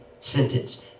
sentence